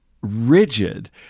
rigid